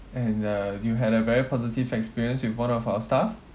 and uh you had a very positive experience with one of our staff